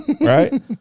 right